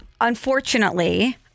unfortunately